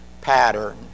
pattern